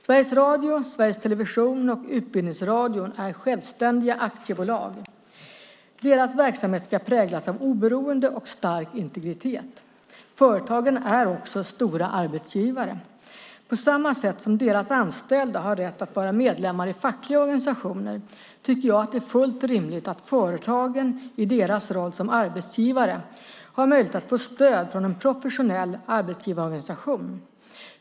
Sveriges Radio, Sveriges Television och Utbildningsradion är självständiga aktiebolag. Deras verksamhet ska präglas av oberoende och stark integritet. Företagen är också stora arbetsgivare. På samma sätt som deras anställda har rätt att vara medlemmar i fackliga organisationer tycker jag att det är fullt rimligt att företagen i sin roll som arbetsgivare har möjlighet att få stöd från en professionell arbetsgivarorganisation.